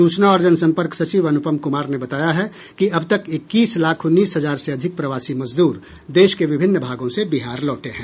सूचना और जन संपर्क सचिव अनुपम कुमार ने बताया है कि अब तक इक्कीस लाख उन्नीस हजार से अधिक प्रवासी मजदूर देश के विभिन्न भागों से बिहार लौटे हैं